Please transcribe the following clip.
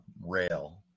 rail